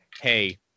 hey